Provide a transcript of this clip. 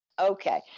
Okay